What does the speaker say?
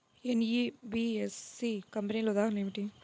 NBFC కంపెనీల ఉదాహరణ ఏమిటి?